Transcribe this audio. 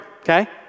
okay